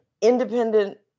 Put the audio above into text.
independent